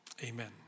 Amen